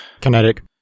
Kinetic